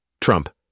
Trump